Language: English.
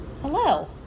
hello